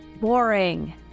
boring